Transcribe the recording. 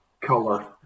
color